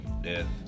death